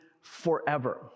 forever